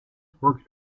worked